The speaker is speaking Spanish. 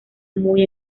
muy